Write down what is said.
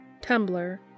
Tumblr